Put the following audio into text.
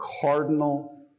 cardinal